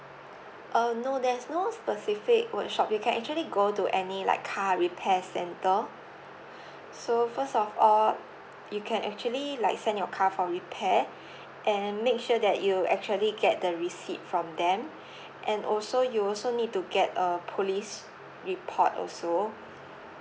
uh no there is no specific workshop you can actually go to any like car repairs centre so first of all you can actually like send your car for repair and make sure that you actually get the receipt from them and also you also need to get a police report also